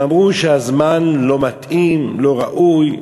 הם אמרו שהזמן לא מתאים, לא ראוי,